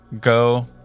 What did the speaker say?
go